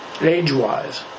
age-wise